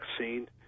vaccine